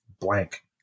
blank